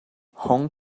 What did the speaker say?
hong